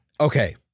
Okay